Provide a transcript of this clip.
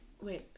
Wait